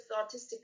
autistic